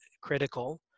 critical